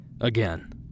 Again